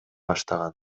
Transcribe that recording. баштаган